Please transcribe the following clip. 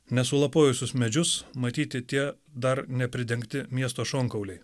nesulapojusius medžius matyti tie dar nepridengti miesto šonkauliai